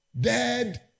dead